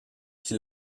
qui